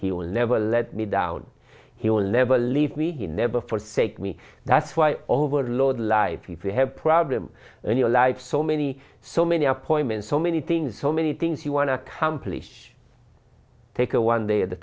he will never let me down he will never leave me he never forsake me that's why over lord life you have problem in your life so many so many appointments so many things so many things you want to accomplish take a one day at the